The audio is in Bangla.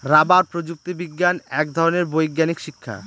রাবার প্রযুক্তি বিজ্ঞান এক ধরনের বৈজ্ঞানিক শিক্ষা